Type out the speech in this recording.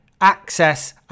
access